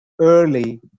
early